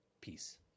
Peace